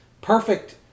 perfect